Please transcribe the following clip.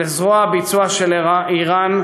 ולזרוע הביצוע של איראן,